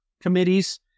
committees